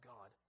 God